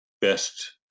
best